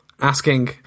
asking